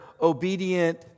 obedient